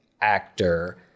actor